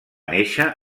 néixer